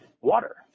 water